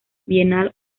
bienal